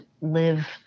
live